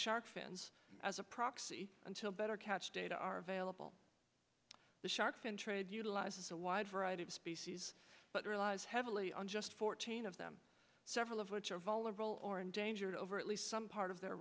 shark fins as a proxy until better catch data are available the shark fin trade utilizes a wide variety of species but relies heavily on just fourteen of them several of which are vulnerable or endangered over at least some part of their